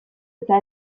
eta